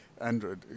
Android